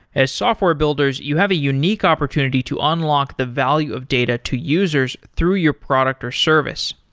as software builders, you have a unique opportunity to unlock the value of data to users through your product or service.